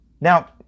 now